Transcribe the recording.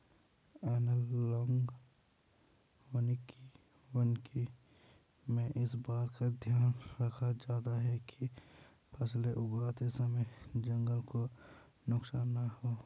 analogue वानिकी में इस बात का ध्यान रखा जाता है कि फसलें उगाते समय जंगल को नुकसान ना हो